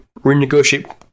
renegotiate –